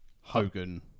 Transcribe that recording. Hogan